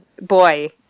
boy